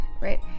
right